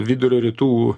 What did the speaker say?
vidurio rytų